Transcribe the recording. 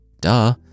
Duh